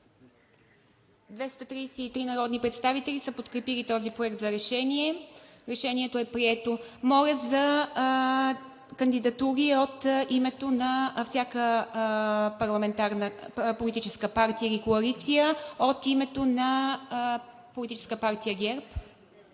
233 народни представители са подкрепили Проекта за решение. Решението е прието. Моля за кандидатури от името на всяка политическа партия или коалиция. От името на Политическа партия ГЕРБ-СДС?